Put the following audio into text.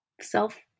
self